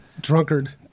drunkard